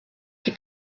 est